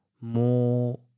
more